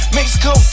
Mexico